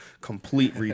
complete